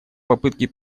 попытке